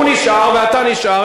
הוא נשאר ואתה נשאר,